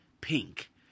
pink